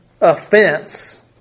offense